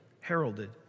heralded